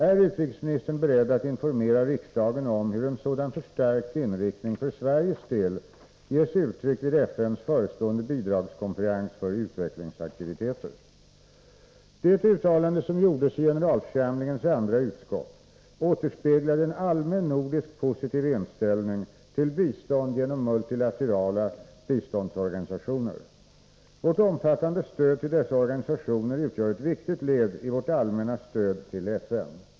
Är utrikesministern beredd att informera riksdagen om hur en sådan förstärkt inriktning för Sveriges del ges uttryck vid FN:s förestående bidragskonferens för utvecklingsaktiviteter?” Det uttalande som gjordes i generalförsamlingens andra utskott återspeglade en allmän nordisk positiv inställning till bistånd genom multilaterala biståndsorganisationer. Vårt omfattande stöd till dessa organisationer utgör ett viktigt led i vårt allmänna stöd till FN.